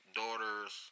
daughters